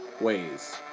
ways